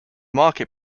market